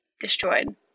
destroyed